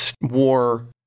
war